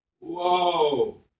Whoa